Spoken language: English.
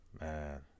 Man